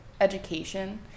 education